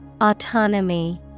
Autonomy